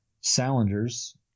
Salinger's